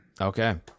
Okay